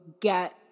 get